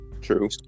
True